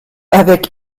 avec